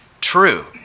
true